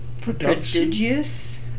prodigious